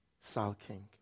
sulking